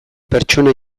pertsona